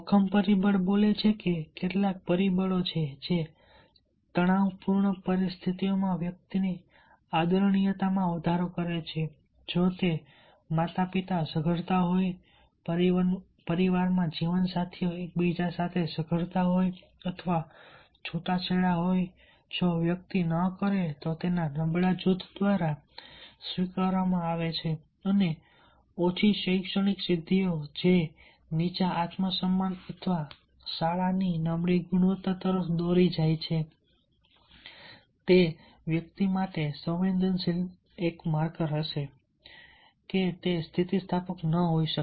જોખમ પરિબળ બોલે છે કે કેટલાક પરિબળો છે જે તણાવપૂર્ણ પરિસ્થિતિઓમાં વ્યક્તિની આદરણીયતામાં વધારો કરે છે જો તે માતાપિતા ઝઘડતા હોય પરિવારમાં જીવનસાથીઓ એકબીજા સાથે ઝઘડતા હોય અથવા છૂટાછેડા હોય જો વ્યક્તિ ન કરે તો તેના નબળા જૂથ દ્વારા સ્વીકારવામાં આવે છે અને ઓછી શૈક્ષણિક સિદ્ધિઓ છે જે નીચા આત્મસન્માન અથવા શાળાની નબળી ગુણવત્તા તરફ દોરી જાય છે તે વ્યક્તિ માટે સંવેદનશીલ માર્કર હશે કે તે સ્થિતિસ્થાપક ન હોઈ શકે